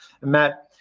Matt